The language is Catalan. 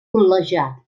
col·legiat